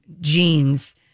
jeans